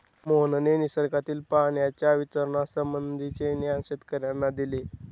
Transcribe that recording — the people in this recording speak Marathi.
मोहनने निसर्गातील पाण्याच्या वितरणासंबंधीचे ज्ञान शेतकर्यांना दिले